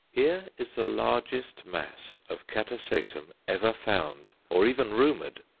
here is the largest mass of catasetum ever found, or even rumoured,